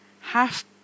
half